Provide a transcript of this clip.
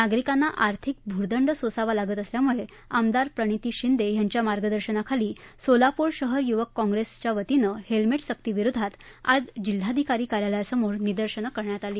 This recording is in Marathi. नागरिकांना आर्थिक भूर्दंड सोसावा लागत असल्यामुळे आमदार प्रणिती शिंदे यांच्या मार्गदर्शनाखाली सोलापूर शहर युवक काँग्रेस वतीनं हेल्मेट सक्ती विरोधात आज जिल्हाधिकारी कार्यालयसमोर निदर्शन करण्यात आलं